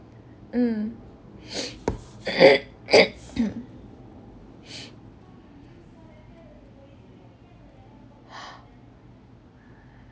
mm